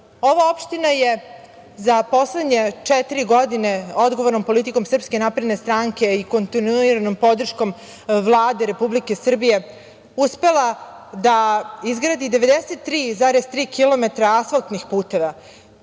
ova opština je za posledenje četiri godine, odgovornom politikom SNS i kontinuiranom podrškom Vlade Republike Srbije uspela da izgradi 93,3 kilometara asfaltnih puteva. Ova